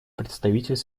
представитель